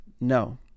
no